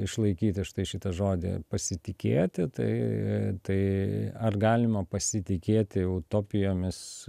išlaikyti štai šitą žodį pasitikėti tai tai ar galima pasitikėti utopijomis